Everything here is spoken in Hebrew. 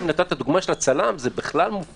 אם נתת את הדוגמה של הצלם, זה בכלל מופרך.